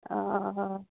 অঁ অঁ অঁ